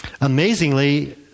Amazingly